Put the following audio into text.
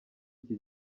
iki